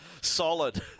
Solid